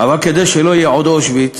אבל כדי שלא יהיה עוד אושוויץ